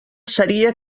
seria